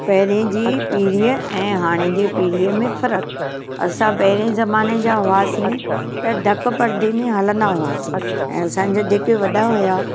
पहिरीं जी पीढ़ीअ ऐं हाणे जी पीढ़ीअ में फ़रकु असां पहिरें ज़माने जा हुआसीं त ढकु पर्दे में हलंदा हुआसीं ऐं असांजे जेके वॾा हुया